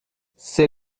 c’est